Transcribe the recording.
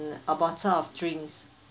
a bottle of drinks